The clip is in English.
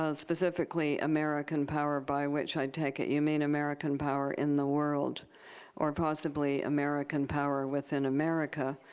ah specifically american power, by which i take it you mean american power in the world or possibly american power within america,